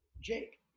Jake